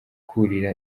kurira